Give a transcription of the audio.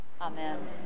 Amen